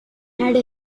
had